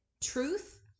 truth